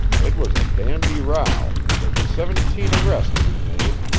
it was a dandy row, and it was siventeen arrists we made.